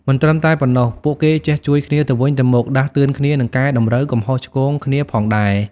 មិនត្រឹមតែប៉ុណ្ណោះ ពួកគេចេះជួយគ្នាទៅវិញទៅមក ដាស់តឿនគ្នា និងកែតម្រូវកំហុសឆ្គងគ្នាផងដែរ។